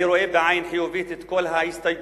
אני רואה בעין חיובית את כל ההסתייגויות